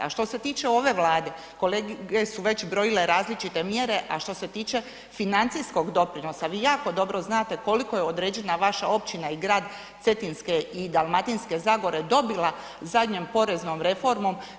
A što se tiče ove Vlade, kolege su već brojale različite mjere a što se tiče financijskog doprinosa, vi jako dobro znate koliko je određena vaša općina i grad Cetinske i Dalmatinske zagore dobila zadnjom poreznom reformom.